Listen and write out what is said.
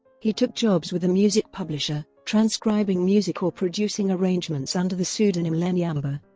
he took jobs with a music publisher, transcribing music or producing arrangements under the pseudonym lenny amber.